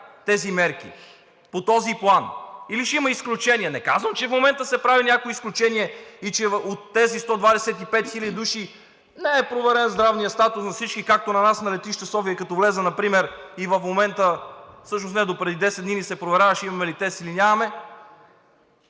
тези мерки по този план, или ще има изключения? Не казвам, че в момента се прави някакво изключение и че на тези 125 хиляди души не е проверен здравният статус на всички, както на нас на летище София. Например в момента, всъщност допреди 10 дни, ни проверяваха имаме ли тест, или нямаме